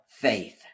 faith